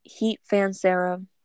HeatFanSarah